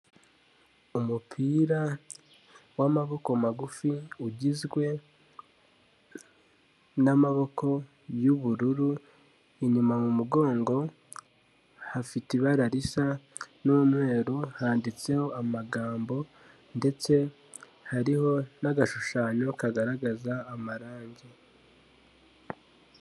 Umupira w'amaboko magufi, ugizwe n'amaboko y'ubururu, inyuma mu mugongo, hafite ibara risa n'umweru, handitseho amagambo ndetse hariho n'agashushanyo kagaragaza amarange.